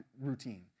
routine